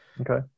Okay